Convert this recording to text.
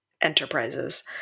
Enterprises